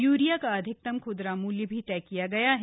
urea का अधिकतम खूदरा मूल्य भी तय किया गया है